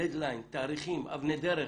לוח זמנים, תאריכים, אבני דרך